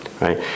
right